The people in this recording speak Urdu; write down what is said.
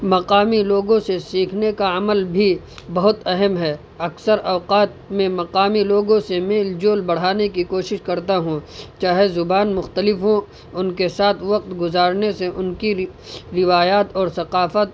مقامی لوگوں سے سیکھنے کا عمل بھی بہت اہم ہے اکثر اوقات میں مقامی لوگوں سے میل جول بڑھانے کی کوشش کرتا ہوں چاہے زبان مختلف ہوں ان کے ساتھ وقت گزارنے سے ان کی روایات اور ثقافت